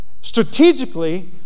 Strategically